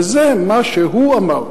וזה מה שהוא אמר.